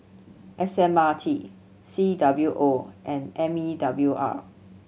S M R T C W O and M E W R